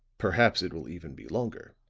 perhaps it will even be longer.